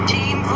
Team